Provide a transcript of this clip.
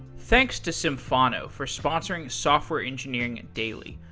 thanks to symphono for sponsoring software engineering daily.